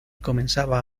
comenzaba